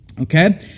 Okay